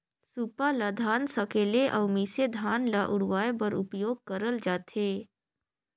सूपा ल धान सकेले अउ मिसे धान ल उड़वाए बर उपियोग करल जाथे